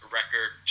record